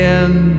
end